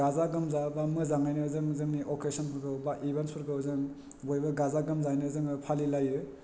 गाजा गोमजा बा मोजाङैनो जों जोंनि अकेशनफोरखौ बा इभेनसफोरखौ जों बयबो गाजा गोमजायैनो जोङो फालिलायो